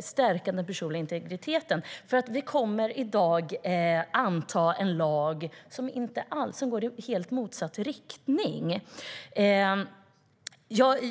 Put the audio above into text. stärka den personliga integriteten. Vi kommer i dag att anta en lag som går i helt motsatt riktning.